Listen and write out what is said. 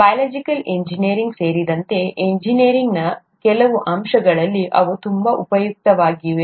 biological engineering ಸೇರಿದಂತೆ ಎಂಜಿನಿಯರಿಂಗ್ನ ಕೆಲವು ಅಂಶಗಳಲ್ಲಿ ಅವು ತುಂಬಾ ಉಪಯುಕ್ತವಾಗಿವೆ